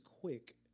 quick